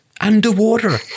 underwater